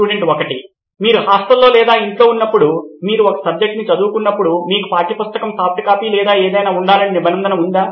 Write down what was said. student 1 మీరు హాస్టల్లో లేదా ఇంట్లో ఉన్నప్పుడు మీరు ఒక సబ్జెక్టును చదువుతున్నప్పుడు మీకు పాఠ్య పుస్తకం సాఫ్ట్ కాపీ లేదా ఏదైనా ఉండాలనే నిబంధన ఉందా